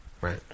Right